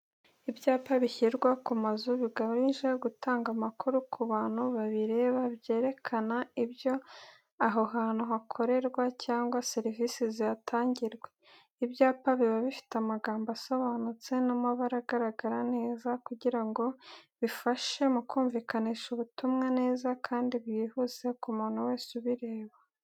Ibyapa bishyirwa ku mazu bigamije gutanga amakuru ku bantu babireba, byerekana ibyo aho hantu hakorerwa cyangwa serivisi zihatangirwa. Ibyapa biba bifite amagambo asobanutse n'amabara agaragara neza, kugira ngo bifashe mu kumvikanisha ubutumwa neza kandi bwihuse ku muntu wese ubireba.